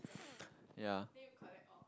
yeah